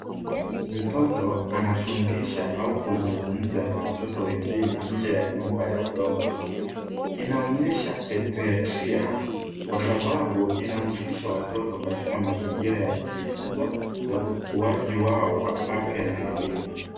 Mtoto anafundisha au kuzungumza na watoto wengine nje ya nyumba ya udongo inaonyesha pedriatria kwa sababu inahusisha watoto katika mazingira ya kujifunza na ukuaji wao wa afya na elimu.